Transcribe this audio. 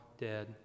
dead